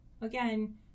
Again